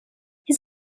his